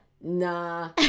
nah